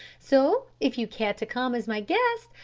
so if you care to come as my guest,